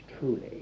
truly